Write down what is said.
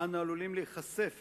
אנו עלולים להיחשף